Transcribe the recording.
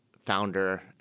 founder